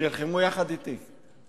שנלחמו יחד אתי,